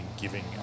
giving